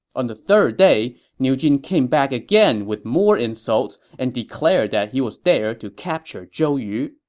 on the third day, niu jin came back again with more insults and declared that he was there to capture zhou yu.